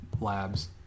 labs